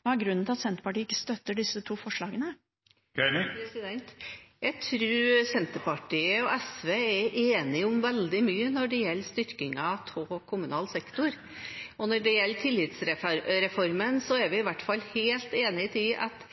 Hva er grunnen til at Senterpartiet ikke støtter disse to forslagene? Jeg tror Senterpartiet og SV er enige om veldig mye når det gjelder styrkingen av kommunal sektor. Og når det gjelder tillitsreformen, er vi i hvert fall helt enig i at